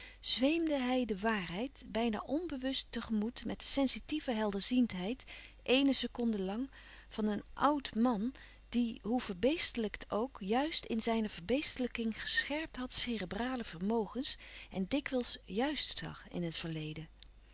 zweemde hij de waarheid bijna onbewust te gemoet met de sensitieve helderziendheid éene seconde lang van een oud man die hoe verbeestelijkt ook juist in zijne verbeestelijking gescherpt had cerebrale vermogens en dikwijls jùist zag in het verleden